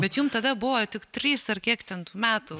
bet jum tada buvo tik trys ar kiek ten tų metų